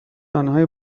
آنهایی